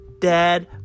dad